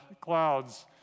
clouds